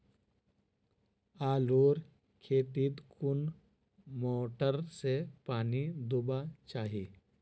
आलूर खेतीत कुन मोटर से पानी दुबा चही?